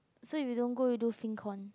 so if you don't go you do one